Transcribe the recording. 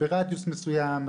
ברדיוס מסויים,